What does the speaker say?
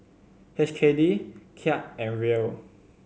H K D Kyat and Riel